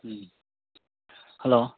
ꯎꯝ hello